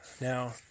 Now